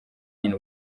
nyine